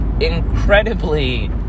incredibly